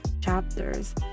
chapters